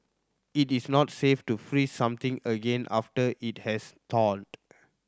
it is not safe to freeze something again after it has thawed